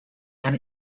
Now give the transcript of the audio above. and